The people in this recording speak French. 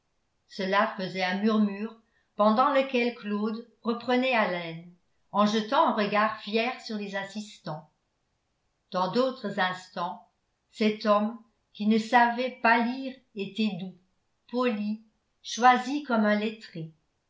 cela faisait un murmure pendant lequel claude reprenait haleine en jetant un regard fier sur les assistants dans d'autres instants cet homme qui ne savait pas lire était doux poli choisi comme un lettré